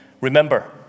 remember